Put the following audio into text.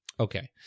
Okay